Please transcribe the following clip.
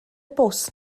bws